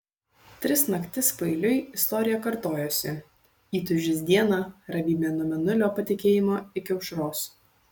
tris naktis paeiliui istorija kartojosi įtūžis dieną ramybė nuo mėnulio patekėjimo iki aušros